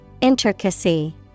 Intricacy